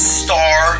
star